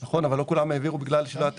נכון, אבל לא כולם העבירו בגלל שלא היה תקציב.